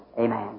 amen